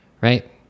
right